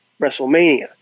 WrestleMania